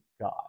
God